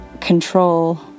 control